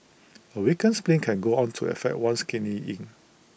A weakened spleen can go on to affect one's Kidney Yin